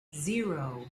zero